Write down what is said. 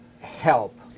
help